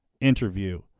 interview